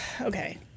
Okay